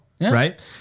right